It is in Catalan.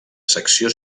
secció